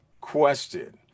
question